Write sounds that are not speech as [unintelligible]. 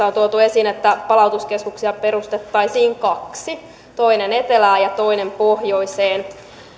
[unintelligible] on tuotu esiin että palautuskeskuksia perustettaisiin kaksi toinen etelään ja toinen pohjoiseen